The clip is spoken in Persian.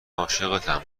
عاشقتم